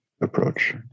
approach